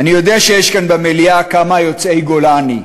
אני יודע שיש כאן במליאה כמה יוצאי גולני,